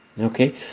Okay